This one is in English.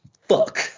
fuck